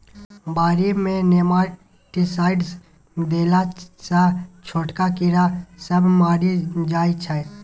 बारी मे नेमाटीसाइडस देला सँ छोटका कीड़ा सब मरि जाइ छै